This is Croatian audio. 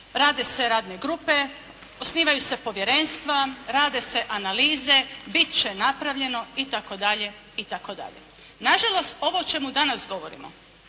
rade se radne grupe, osnivaju se povjerenstva, rade se analize, bit će napravljeno i tako dalje i tako dalje.